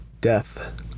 death